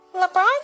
LeBron